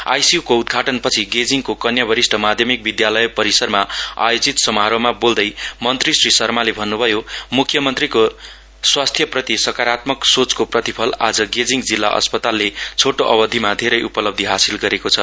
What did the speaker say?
ICU को उदघाटनपछि गेजिङ कन्या वरिष्ठ माध्यमिक विदयालय परिसरमा आयोजित समारोहमा बोल्दै मन्त्री श्री शर्माले भन्नुभयो मुख्यमन्त्रीको स्वास्थ्य प्रति सकारात्मक सोचको प्रतिफल आज गेजिङ जिल्ला अस्पतालले छोटो अवधिमा धेरै उपलब्धि हासिल गरेको छ